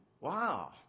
Wow